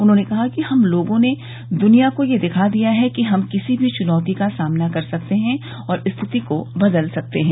उन्होंने कहा कि हम लोगों ने दुनिया को ये दिखा दिया है कि हम किसी भी चुनौती का सामना कर सकते हैं और स्थिति को बदल सकते हैं